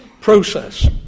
process